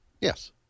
yes